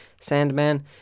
Sandman